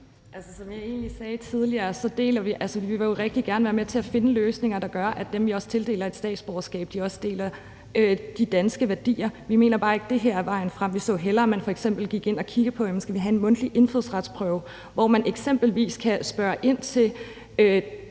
rigtig gerne være med til at finde af løsninger, der gør, at dem, vi tildeler et statsborgerskab, også deler de danske værdier. Vi mener bare ikke, det her er vejen frem. Vi så hellere, at man f.eks. gik ind og kiggede på, om vi skulle have en mundtlig indfødsretsprøve, hvor man eksempelvis kan spørge ind til